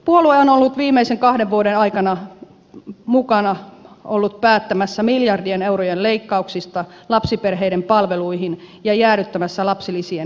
puolue on ollut viimeisen kahden vuoden aikana mukana päättämässä miljardien eurojen leikkauksista lapsiperheiden palveluihin ja jäädyttämässä lapsilisien indeksikorotukset